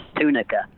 Tunica